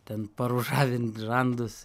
ten paružavint žandus